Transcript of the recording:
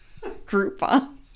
Groupon